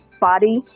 body